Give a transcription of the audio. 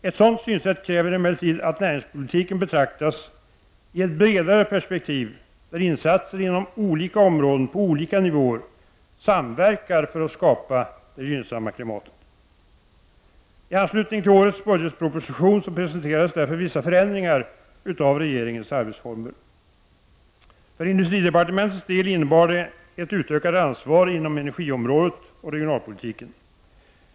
Ett sådant synsätt kräver emellertid att näringspolitiken betraktas i ett bredare perspektiv, där insatser inom olika områden och på olika nivåer samverkar för att skapa ett gynnsamt klimat. I anslutning till årets budgetproposition presenterades därför vissa förändringar av regeringens arbetsformer. För industridepartementets del innebar det ett utökat ansvar inom energiområdet och regionalpolitiken.